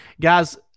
guys